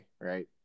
right